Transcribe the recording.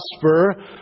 prosper